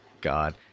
God